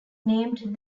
named